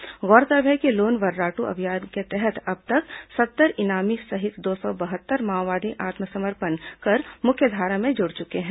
police गौरतलब है कि लोन वर्राटू अभियान के तहत अब तक सत्तर इनामी सहित दो सौ बहत्तर माओवादी आत्मसमर्पण कर मुख्यधारा में जुड़ चुके हैं